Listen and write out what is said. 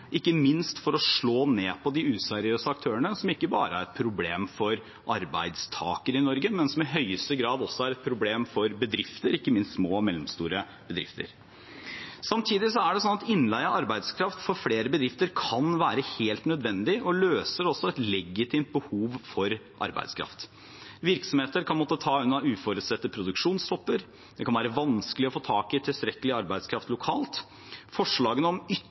ikke minst for å slå ned på de useriøse aktørene, som ikke bare er et problem for arbeidstakere i Norge, men som i høyeste grad også er et problem for bedrifter, ikke minst de små og mellomstore. Samtidig er det slik at innleie av arbeidskraft for flere bedrifter kan være helt nødvendig og løse et legitimt behov for arbeidskraft. Virksomheter kan måtte ta unna uforutsette produksjonstopper, og det kan være vanskelig å få tak i tilstrekkelig arbeidskraft lokalt. Forslagene om